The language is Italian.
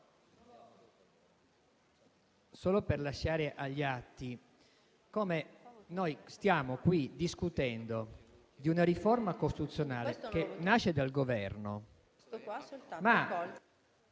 lascio agli atti che noi stiamo qui discutendo di una riforma costituzionale che nasce dal Governo, ma